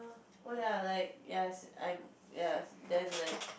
oh ya like yes I'm yes then like